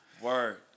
Word